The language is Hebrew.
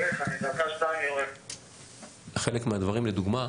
המיסים, לדוגמה,